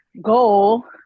goal